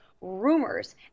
rumors